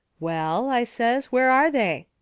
well, i says, where are they?